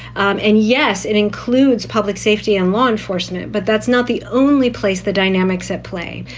um and, yes, it includes public safety and law enforcement. but that's not the only place the dynamics at play.